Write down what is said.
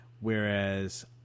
Whereas